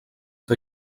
que